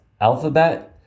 Alphabet